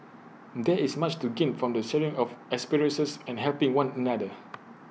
there is much to gain from the sharing of experiences and helping one another